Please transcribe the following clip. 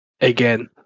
again